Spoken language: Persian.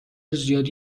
زیادی